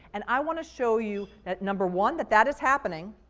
and i want to show you that number one, that that is happening.